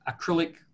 acrylic